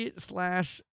slash